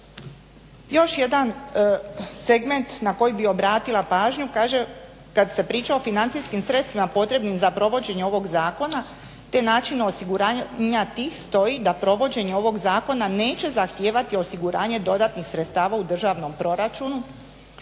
Još jedan segment na koji bi obratila pažnju, kaže kad se priča o financijskim sredstvima potrebnim za provođenje ovog zakona, te načine osiguranja tih stoji da provođenje ovog zakona neće zahtijevati osiguranje dodatnih sredstava u državnom proračunu,